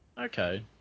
Okay